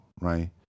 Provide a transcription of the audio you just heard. right